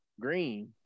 green